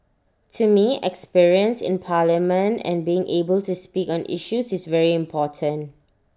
to me experience in parliament and being able to speak on issues is very important